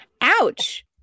Ouch